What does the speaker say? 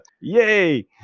Yay